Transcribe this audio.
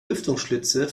lüftungsschlitze